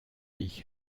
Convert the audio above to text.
ich